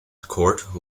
court